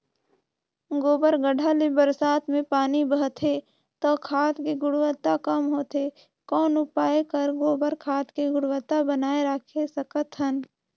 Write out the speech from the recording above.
गोबर गढ्ढा ले बरसात मे पानी बहथे त खाद के गुणवत्ता कम होथे कौन उपाय कर गोबर खाद के गुणवत्ता बनाय राखे सकत हन?